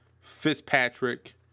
Fitzpatrick